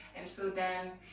and so then,